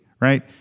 right